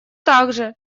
также